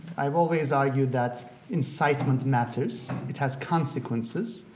i've always argued that incitement matters. it has consequences.